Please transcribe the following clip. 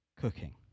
cooking